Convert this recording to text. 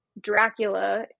Dracula